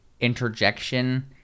interjection